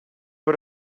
bod